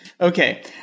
okay